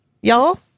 y'all